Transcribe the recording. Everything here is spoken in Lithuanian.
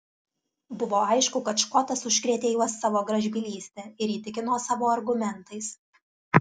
buvo aišku kad škotas užkrėtė juos savo gražbylyste ir įtikino savo argumentais